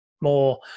more